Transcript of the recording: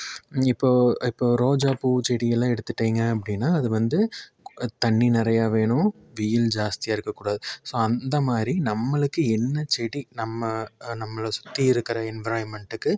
இப்போது இப்போ ரோஜா பூ செடியெல்லாம் எடுத்துட்டிங்க அப்படின்னா அது வந்து தண்ணீர் நிறையா வேணும் வெயில் ஜாஸ்தியாக இருக்க கூடாது ஸோ அந்த மாதிரி நம்மளுக்கு என்ன செடி நம்ம நம்மளை சுற்றி இருக்கிற என்விராயின்மெண்ட்டுக்கு